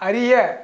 அறிய